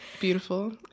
beautiful